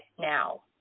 now